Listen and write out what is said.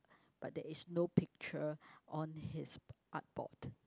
but there is no picture on his art board